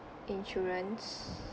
insurance